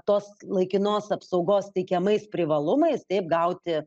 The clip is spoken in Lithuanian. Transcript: tos laikinos apsaugos teikiamais privalumais taip gauti